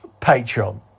Patreon